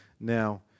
now